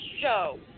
show